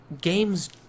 games